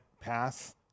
pass